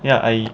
ya I